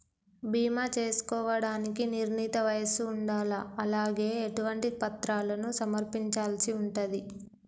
బీమా చేసుకోవడానికి నిర్ణీత వయస్సు ఉండాలా? అలాగే ఎటువంటి పత్రాలను సమర్పించాల్సి ఉంటది?